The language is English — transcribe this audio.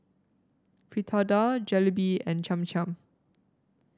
Fritada Jalebi and Cham Cham